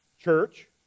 church